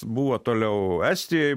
buvo toliau estijoj